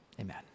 Amen